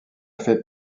fais